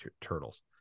turtles